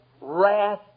wrath